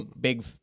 big